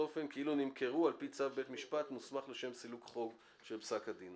אופן כאילו נמכרו על פי צו בית משפט מוסמך לשם סילוק חוב של פסק הדין.